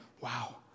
wow